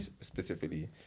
specifically